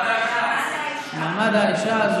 לוועדה לקידום מעמד האישה.